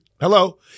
Hello